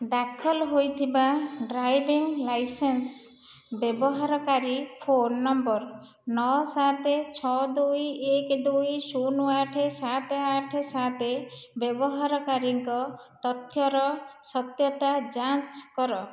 ଦାଖଲ ହୋଇଥିବା driving licence ବ୍ୟବହାର କାରି ଫୋନ୍ ନମ୍ବର୍ ନଅ ସାତ ଛଅ ଦୁଇ ଏକ ଦୁଇ ଶୂନ ଆଠ ସାତ ଆଠ ସାତ ବ୍ୟବହାରକାରୀଙ୍କ ତଥ୍ୟର ସତ୍ୟତା ଯାଞ୍ଚ କର